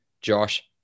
josh